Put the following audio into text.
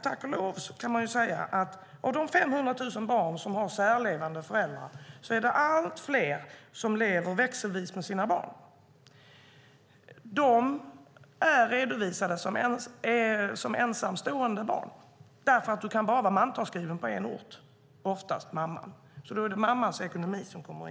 Av de 500 000 barn som har särlevande föräldrar är det tack och lov allt fler som lever växelvis med sina barn. De är redovisade som ensamstående med barn eftersom man bara kan vara mantalsskriven på en ort, oftast mammans, så då är det mammans ekonomi som gäller.